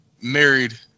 married